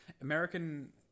American